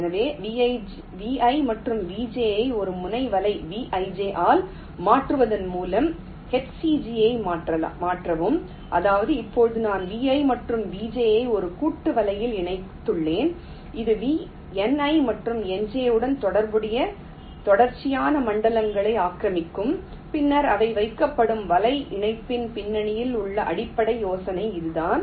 எனவே Vi மற்றும் Vj ஐ ஒரு முனை வலை Vij ஆல் மாற்றுவதன் மூலம் HCG ஐ மாற்றவும் அதாவது இப்போது நான் Vi மற்றும் Vj ஐ ஒரு கூட்டு வலையில் இணைத்துள்ளேன் இது Ni மற்றும் Nj உடன் தொடர்புடைய தொடர்ச்சியான மண்டலங்களை ஆக்கிரமிக்கும் பின்னர் அவை வைக்கப்படும் வலை இணைப்பின் பின்னணியில் உள்ள அடிப்படை யோசனை இதுதான்